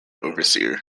overseer